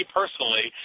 personally